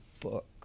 book